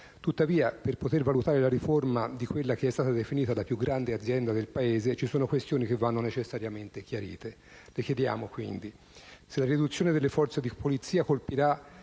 Tuttavia, per poter valutare la riforma di quella che è stata definita la più grande azienda del Paese, ci sono questioni che vanno necessariamente chiarite. Le chiediamo quindi se la riduzione delle forze di polizia colpirà